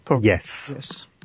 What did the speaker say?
Yes